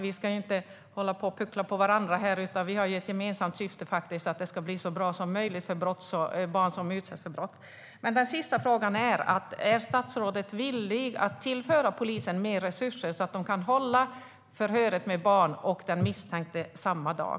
Vi ska ju inte hålla på och puckla på varandra här, utan vi har faktiskt ett gemensamt syfte: att det ska bli så bra som möjligt för barn som utsätts för brott. Den sista frågan är dock om statsrådet är villig att tillföra polisen mer resurser så att de kan hålla förhöret med barnet och den misstänkte samma dag.